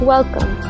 Welcome